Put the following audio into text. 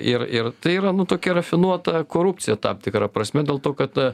ir ir tai yra nu tokia rafinuota korupcija tam tikra prasme dėl to kad